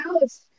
house